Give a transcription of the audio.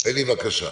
אלי, בבקשה.